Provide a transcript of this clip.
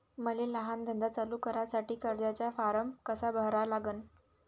मले लहान धंदा चालू करासाठी कर्जाचा फारम कसा भरा लागन?